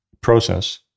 process